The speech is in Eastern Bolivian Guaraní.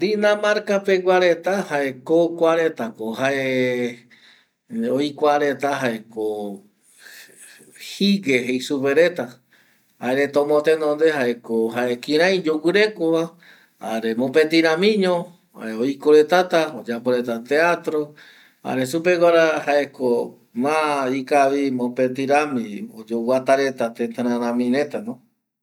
Dinamarca pegua reta jaeko kuaretako jae oikua reta jaeko jigue jei supe reta jaereta ombotenonde jaeko jae kirai yoguɨrekova jare mopeti ramiño oiko retata oyapo reta teatro jare supeguara jaeko ma ikavi mopeti rami oyoguɨrata reta tëtararami